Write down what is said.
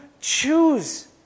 choose